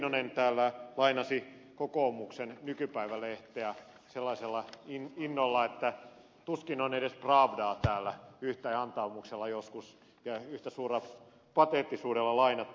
heinonen täällä lainasi kokoomuksen nykypäivä lehteä sellaisella innolla että tuskin on edes pravdaa täällä yhtä antaumuksella ja yhtä suurella pateettisuudella joskus lainattu